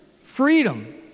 freedom